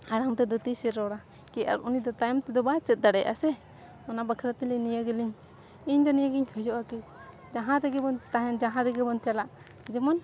ᱦᱟᱲᱟᱢ ᱛᱮᱫᱚ ᱛᱤᱸᱥᱮ ᱨᱚᱲᱟ ᱠᱤ ᱟᱨ ᱩᱱᱤ ᱫᱚ ᱛᱟᱭᱚᱢ ᱛᱮᱫᱚ ᱵᱟᱭ ᱪᱮᱫ ᱫᱟᱲᱮᱭᱟᱜᱼᱟ ᱥᱮ ᱚᱱᱟ ᱵᱟᱠᱷᱨᱟ ᱛᱮᱞᱤᱧ ᱱᱤᱭᱟᱹ ᱜᱮᱞᱤᱧ ᱤᱧᱫᱚ ᱱᱤᱭᱟᱹᱜᱮᱧ ᱠᱷᱚᱡᱚᱜᱼᱟ ᱠᱤ ᱡᱟᱦᱟᱸ ᱨᱮᱜᱮ ᱵᱚᱱ ᱛᱟᱦᱮᱱ ᱡᱟᱦᱟᱸ ᱨᱮᱜᱮᱵᱚᱱ ᱪᱟᱞᱟᱜ ᱡᱮᱢᱚᱱ